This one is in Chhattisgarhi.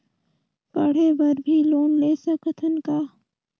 पढ़े बर भी लोन ले सकत हन का?